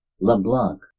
LeBlanc